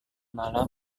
malam